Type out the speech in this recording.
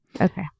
Okay